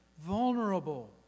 vulnerable